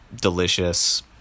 delicious